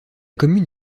commune